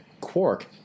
quark